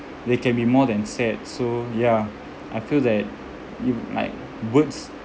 they can be more than sad so ya I feel that you like words